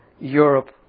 Europe